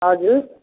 हजुर